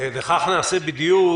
כך נעשה בדיוק.